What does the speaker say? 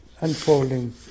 unfolding